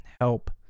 help